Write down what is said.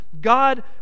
god